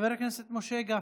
חבר הכנסת משה גפני,